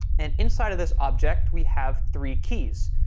and inside of this object, we have three keys,